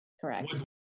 Correct